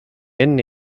enne